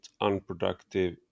unproductive